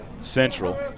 Central